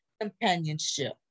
companionship